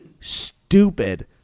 stupid